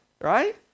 right